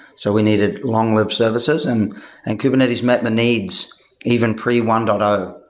so we needed long-lived services, and and kubernetes met the needs even pre one but